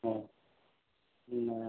हूँ हूँ